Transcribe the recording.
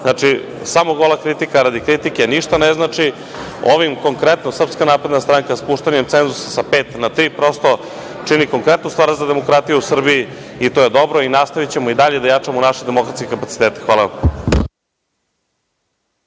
znači samo gola kritika radi kritike, ništa ne znači. Ovim konkretno, SNS, spuštanjem cenzusa sa 5% na 3%, čini konkretnu stvar za demokratiju u Srbiji i to je dobro i nastavićemo i dalje da jačamo naše demokratske kapacitete. Hvala.